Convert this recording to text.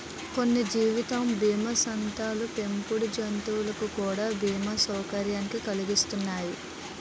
కొన్ని జీవిత బీమా సంస్థలు పెంపుడు జంతువులకు కూడా బీమా సౌకర్యాన్ని కలిగిత్తన్నాయి